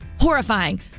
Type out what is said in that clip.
Horrifying